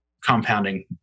compounding